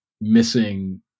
missing